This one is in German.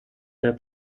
der